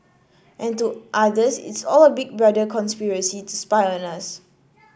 and to others it's all a big brother conspiracy to spy on us